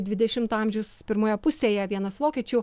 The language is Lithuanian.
dvidešimto amžiaus pirmoje pusėje vienas vokiečių